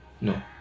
No